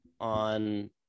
on